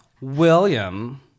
William